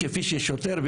כמו שוטר,